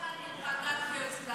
אף אחד לא צריך להיפגע כשיוצאים להפגין.